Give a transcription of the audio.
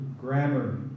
grammar